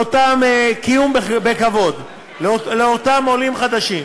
לצערי, אף שיש הרבה עולים שצריך